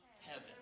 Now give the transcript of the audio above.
heaven